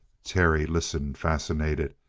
terry listened, fascinated.